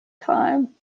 time